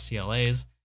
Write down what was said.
CLA's